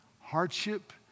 hardship